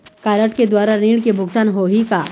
Card के द्वारा ऋण के भुगतान होही का?